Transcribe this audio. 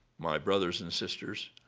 my brothers and sisters,